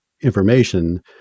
information